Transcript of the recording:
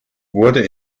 wurde